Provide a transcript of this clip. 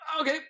okay